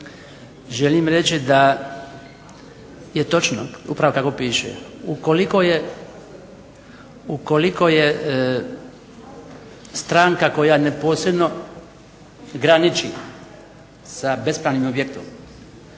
želim reći da je točno upravo kako piše. Ukoliko je stranka koja neposredno graniči sa bespravnim objektom